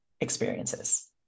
experiences